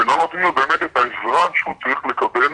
ולא נותנים לו באמת את העזרה שהוא צריך לקבל,